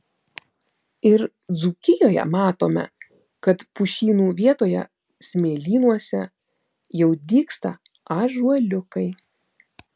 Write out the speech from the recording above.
ir dzūkijoje matome kad pušynų vietoje smėlynuose jau dygsta ąžuoliukai